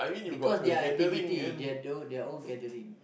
because their activity their tho~ their own gathering